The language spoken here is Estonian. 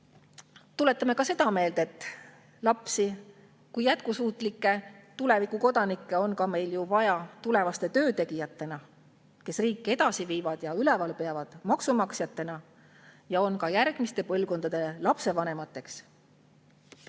Tuletame ka seda meelde, et lapsi kui jätkusuutlikke tulevikukodanikke on meil vaja tulevaste töötegijatena, kes riiki edasi viivad ja maksumaksjatena üleval peavad ja on ka järgmiste põlvkondade lapsevanemateks.